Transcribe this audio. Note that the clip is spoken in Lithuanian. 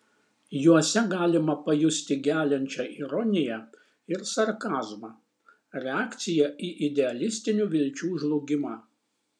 juose galima pajusti geliančią ironiją ir sarkazmą reakciją į idealistinių vilčių žlugimą